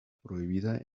prohibida